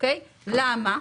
למה?